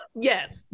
Yes